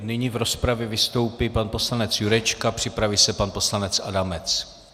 Nyní v rozpravě vystoupí pan poslanec Jurečka, připraví se pan poslanec Adamec.